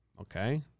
okay